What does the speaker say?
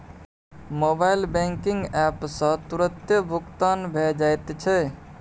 mobile banking app सँ तुरतें भुगतान भए जाइत छै